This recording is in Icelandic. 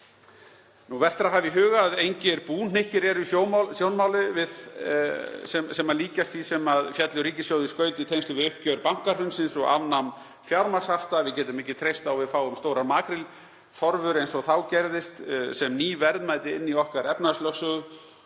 Vert er að hafa í huga að engir búhnykkir eru í sjónmáli sem líkjast því sem féllu ríkissjóði í skaut í tengslum við uppgjör bankahrunsins og afnám fjármagnshafta. Við getum ekki treyst á að við fáum stórar makríltorfur, eins og þá gerðist, sem ný verðmæti inn í okkar efnahagslögsögu